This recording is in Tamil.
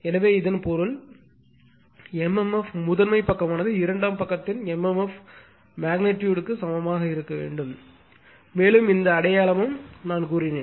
எனவே இதன் பொருள் MMF முதன்மை பக்கமானது இரண்டாம் பக்கத்தின் MMF மெக்னிட்யூடு க்கு சமமாக இருக்க வேண்டும் மேலும் இந்த அடையாளமும் நான் சொன்னேன்